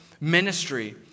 ministry